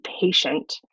patient